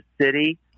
city